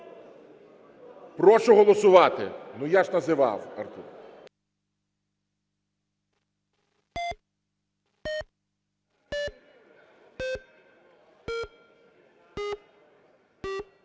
Прошу голосувати. Ну, я ж називав.